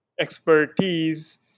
expertise